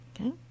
Okay